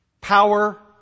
Power